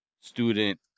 student